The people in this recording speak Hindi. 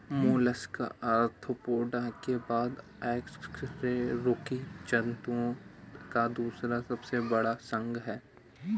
मोलस्का आर्थ्रोपोडा के बाद अकशेरुकी जंतुओं का दूसरा सबसे बड़ा संघ है